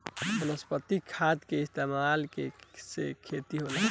वनस्पतिक खाद के इस्तमाल के से खेती होता